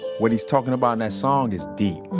what he's talking about in that song is deep.